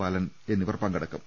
ബാലൻ എന്നി വർ പങ്കെടുക്കും